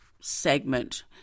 segment